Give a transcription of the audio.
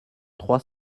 trois